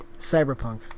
Cyberpunk